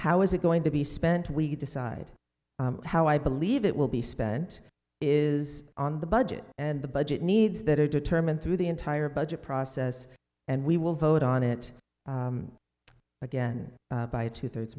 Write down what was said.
how is it going to be spent we decide how i believe it will be spent is on the budget and the budget needs that are determined through the entire budget process and we will vote on it again by a two thirds